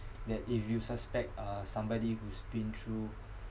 that if you suspect uh somebody who's been through